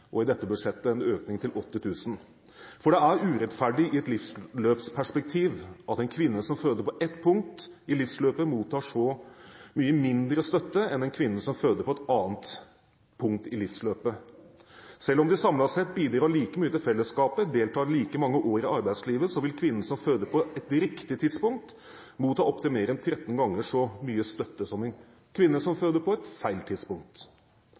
og i dette budsjettet en økning til 80 000 kr. Det er urettferdig i et livsløpsperspektiv at en kvinne som føder på ett punkt i livsløpet, mottar så mye mindre støtte enn en kvinne som føder på et annet punkt i livsløpet. Selv om de samlet sett bidrar like mye til fellesskapet og deltar like mange år i arbeidslivet, vil kvinnen som føder på et «riktig» tidspunkt, motta opp til mer enn tretten ganger så mye støtte som en kvinne som føder på et «feil» tidspunkt.